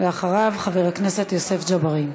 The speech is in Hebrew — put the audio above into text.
אחריו חבר הכנסת יוסף ג'בארין.